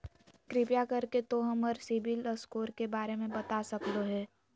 कृपया कर के तों हमर सिबिल स्कोर के बारे में बता सकलो हें?